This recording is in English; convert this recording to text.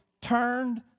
turned